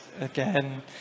Again